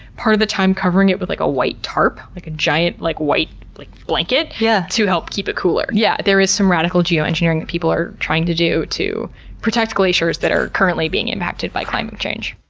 part of the time, covering it with, like, a giant white tarp, like a giant like white like blanket, yeah to help keep it cooler. yeah, there is some radical geoengineering that people are trying to do to protect glaciers that are currently being impacted by climate change.